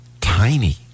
tiny